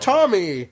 Tommy